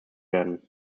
werden